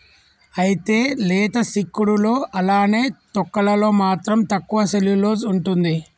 అయితే లేత సిక్కుడులో అలానే తొక్కలలో మాత్రం తక్కువ సెల్యులోస్ ఉంటుంది